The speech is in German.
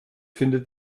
findet